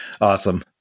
Awesome